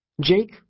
Jake